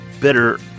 bitter